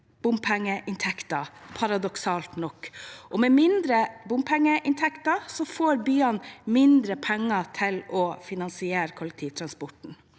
bompengeinntekter, paradoksalt nok, og med mindre bompengeinntekter får byene mindre penger til å finansiere kollektivtransporten.